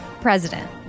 President